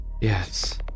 Yes